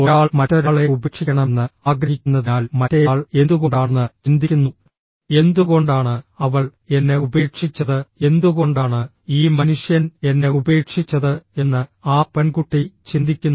ഒരാൾ മറ്റൊരാളെ ഉപേക്ഷിക്കണമെന്ന് ആഗ്രഹിക്കുന്നതിനാൽ മറ്റേയാൾ എന്തുകൊണ്ടാണെന്ന് ചിന്തിക്കുന്നു എന്തുകൊണ്ടാണ് അവൾ എന്നെ ഉപേക്ഷിച്ചത് എന്തുകൊണ്ടാണ് ഈ മനുഷ്യൻ എന്നെ ഉപേക്ഷിച്ചത് എന്ന് ആ പെൺകുട്ടി ചിന്തിക്കുന്നു